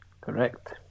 correct